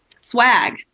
swag